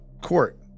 court